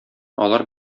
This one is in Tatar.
алар